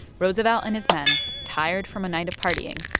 roosevelt and his men, tired from a night of partying,